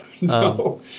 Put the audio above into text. no